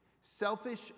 selfish